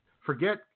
forget